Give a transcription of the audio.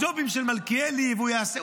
ג'ובים של מלכיאלי והוא יעשה,